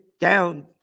down